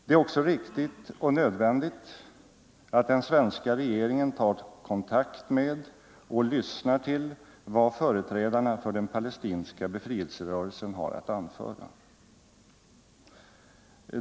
Det är också riktigt och nödvändigt att den svenska regeringen tar kontakt med och lyssnar till vad företrädarna för den palestinska befrielserörelsen har att anföra.